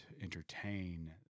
entertain